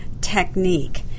technique